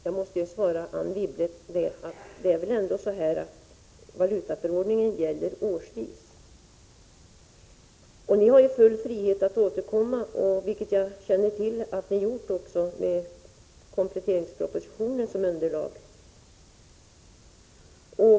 Jag måste svara Anne Wibble att valutaförordningen ändå gäller årsvis. Ni har full frihet att återkomma, och jag känner också till att ni har gjort det, med kompletteringspropositionen som underlag.